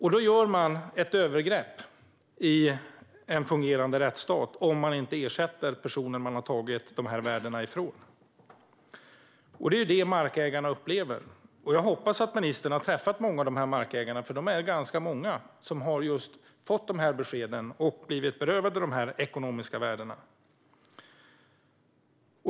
Då begår man ett övergrepp i en fungerande rättsstat om man inte ersätter personerna som man har tagit de här värdena från. Det är det markägarna upplever, och jag hoppas att ministern har träffat många av dessa markägare, för de är ganska många som har fått de här beskeden och blivit berövade de ekonomiska värdena.